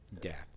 death